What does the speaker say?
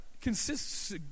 consists